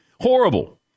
Horrible